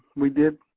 we did,